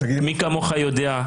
מי כמוך יודע,